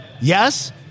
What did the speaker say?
Yes